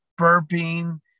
burping